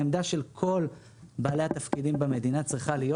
העמדה של כל בעלי התפקידים במדינה צריכה להיות